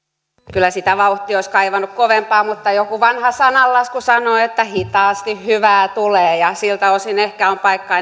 kyllä sitä vauhtia olisi kaivannut kovempaa mutta joku vanha sananlasku sanoo että hitaasti hyvää tulee siltä osin ehkä on paikka